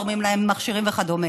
תורמים להם מכשירים וכדומה.